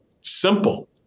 simple